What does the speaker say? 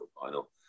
final